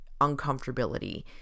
uncomfortability